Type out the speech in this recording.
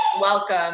Welcome